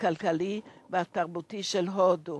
הכלכלי והתרבותי של הודו.